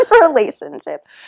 relationships